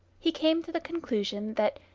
he came to the conclusion that,